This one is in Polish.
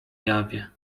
jawie